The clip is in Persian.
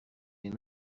این